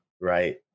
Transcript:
right